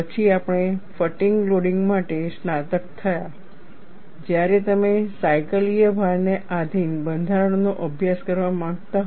પછી આપણે fatigue loading માટે સ્નાતક થયા જ્યારે તમે સાયકલીય ભારને આધીન બંધારણનો અભ્યાસ કરવા માંગતા હો